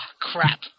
crap